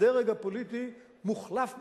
הדרג הפוליטי מוחלף בתפקידו.